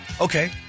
Okay